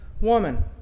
Woman